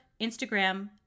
Instagram